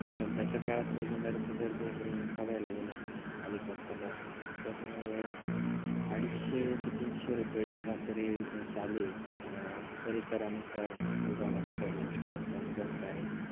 सध्याच्या काळात रोजंदारीचे दर जर बघायला गेलं अलीकडचा दर तर अडीचशे ते तीनशे रुपये सरासरी चालू आहे परिसरानुसार विभागानुसार दर कमी जास्त आहेत